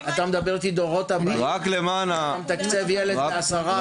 אתה מדבר איתי על הדורות הבאים ואתה מתקצב ילד ב-10%?